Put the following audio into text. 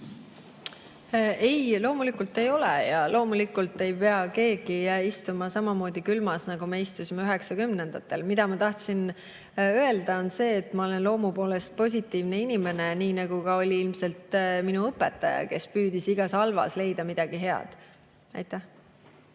Ei, loomulikult ei ole. Loomulikult ei pea keegi istuma samamoodi külmas, nagu me istusime üheksakümnendatel. Ma tahtsin öelda seda, et ma olen loomu poolest positiivne inimene, nii nagu oli ilmselt ka minu õpetaja, kes püüdis igas halvas leida midagi head. Ei,